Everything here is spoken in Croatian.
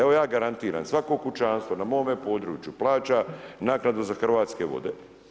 Evo ja garantiram svako kućanstvo na mome području plaća naknadu za Hrvatske vode.